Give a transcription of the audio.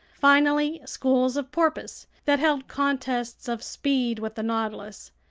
finally schools of porpoise that held contests of speed with the nautilus.